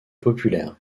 populaire